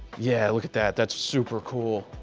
yeah, look at that. that's super cool.